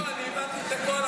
לא, אני הבנתי את הכול.